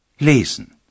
Lesen